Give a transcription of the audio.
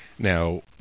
Now